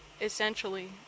essentially